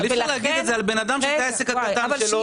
אי אפשר להגיד את זה על בן אדם שזה העסק הקטן שלו.